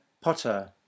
Potter